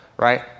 right